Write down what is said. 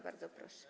Bardzo proszę.